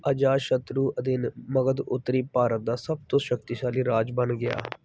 ਅਜਾਤਸ਼ਤਰੂ ਅਧੀਨ ਮਗਧ ਉੱਤਰੀ ਭਾਰਤ ਦਾ ਸਭ ਤੋਂ ਸ਼ਕਤੀਸ਼ਾਲੀ ਰਾਜ ਬਣ ਗਿਆ